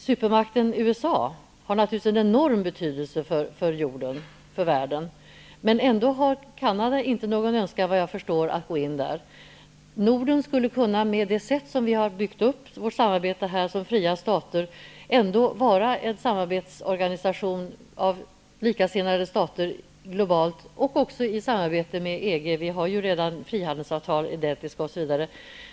Supermakten USA har naturligtvis en enorm betydelse för världen, men ändå har Canada, såvitt jag förstår, inte någon önskan att ansluta sig till USA. Med det samarbete som vi i Norden har byggt upp mellan fria stater skulle vi kunna få en samarbetsorganisation av likasinnade stater, som också kan ha samarbete med EG. Vi har ju identiskt lika frihandelsavtal osv.